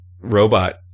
robot